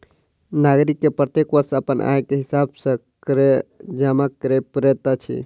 नागरिक के प्रत्येक वर्ष अपन आय के हिसाब सॅ कर जमा कर पड़ैत अछि